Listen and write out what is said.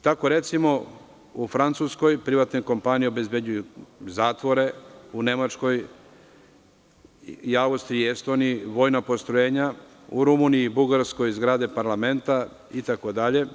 Tako recimo, u Francuskoj privatne kompanije obezbeđuju zatvore, u Nemačkoj, Austriji i Estoniji vojna postrojenja, u Rumuniji i Bugarskoj zgrade parlamenta itd.